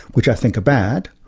which i think are bad.